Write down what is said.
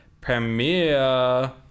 premiere